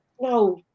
No